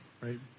Right